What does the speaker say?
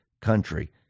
country